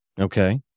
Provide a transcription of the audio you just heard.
Okay